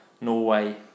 norway